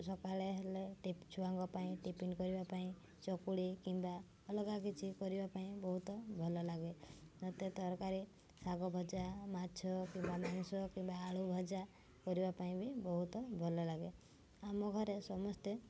ସକାଳେ ହେଲେ ଛୁଆଙ୍କ ପାଇଁ ଟିଫିନ୍ କରିବା ପାଇଁ ଚକୁଳି କିମ୍ବା ଅଲଗା କିଛି କରିବା ପାଇଁ ବହୁତ ଭଲ ଲାଗେ ମୋତେ ତରକାରୀ ଶାଗ ଭଜା ମାଛ କିମ୍ବା ମାଂସ କିମ୍ବା ଆଳୁ ଭଜା କରିବା ପାଇଁ ବି ବହୁତ ଭଲ ଲାଗେ ଆମ ଘରେ ସମସ୍ତେ